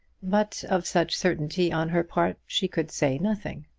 but of such certainty on her part she could say nothing.